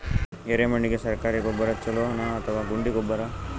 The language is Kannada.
ಎರೆಮಣ್ ಗೆ ಸರ್ಕಾರಿ ಗೊಬ್ಬರ ಛೂಲೊ ನಾ ಅಥವಾ ಗುಂಡಿ ಗೊಬ್ಬರ?